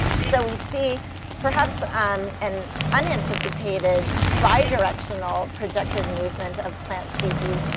so we see perhaps ah um an unanticipated bidirectional projected movement of plant species,